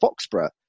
Foxborough